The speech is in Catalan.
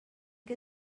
que